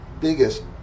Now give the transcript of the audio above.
biggest